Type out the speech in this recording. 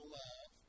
love